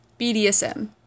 BDSM